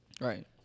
Right